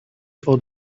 for